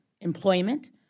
employment